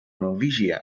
norwegia